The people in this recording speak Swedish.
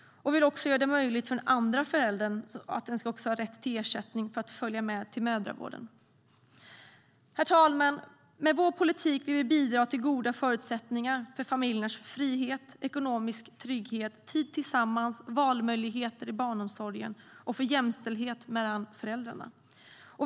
Vi vill också att den andra föräldern ska ha rätt till ersättning för att följa med till mödravården. Herr talman! Med vår politik vill vi bidra till goda förutsättningar för familjernas frihet, ekonomiska trygghet, tid tillsammans, valmöjligheter i barnomsorgen och jämställdhet mellan föräldrarna.